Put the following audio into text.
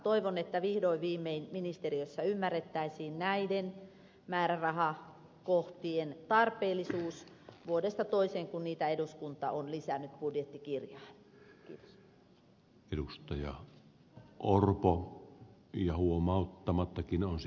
toivon että vihdoin viimein ministeriössä ymmärrettäisiin näiden määrärahakohtien tarpeellisuus kun niitä eduskunta on vuodesta toiseen lisännyt budjettikirjaan